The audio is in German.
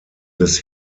des